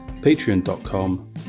patreon.com